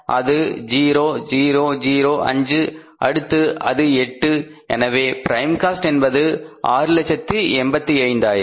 அது 0005 அடுத்து அது 8 எனவே ப்ரைம் காஸ்ட் என்பது 685000